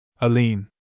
Aline